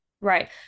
Right